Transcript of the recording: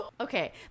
okay